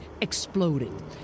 exploding